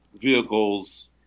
vehicles